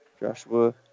Joshua